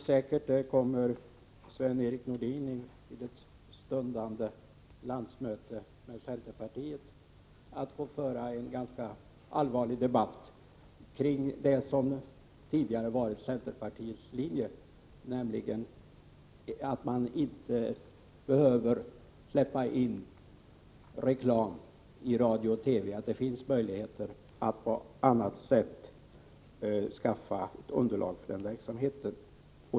Säkert kommer Sven-Erik Nordin vid den stundande stämman med centerpartiet att få föra en ganska allvarlig debatt kring det som tidigare varit centerpartiets linje, nämligen att man inte behöver släppa in reklam i radio och TV, eftersom det finns möjligheter att på annat sätt skaffa underlag för verksamheten.